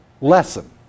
lesson